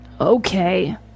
Okay